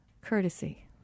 Courtesy